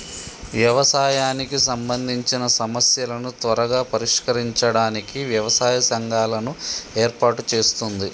వ్యవసాయానికి సంబందిచిన సమస్యలను త్వరగా పరిష్కరించడానికి వ్యవసాయ సంఘాలను ఏర్పాటు చేస్తుంది